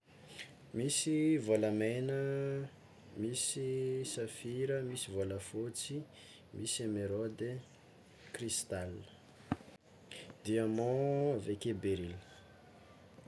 Misy vôlamena, misy safira, misy vôlafotsy, misy emeraude, cristal, diamand aveke beryl.